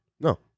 No